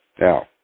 Now